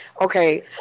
Okay